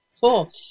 cool